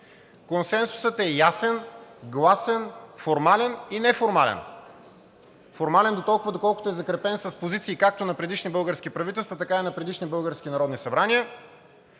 Консенсусът е ясен, гласен, формален и неформален. Формален толкова, доколкото е закрепен с позиции както на предишни български правителства, така и на предишни български Народни събрания,